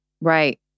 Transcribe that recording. Right